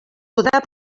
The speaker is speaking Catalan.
podrà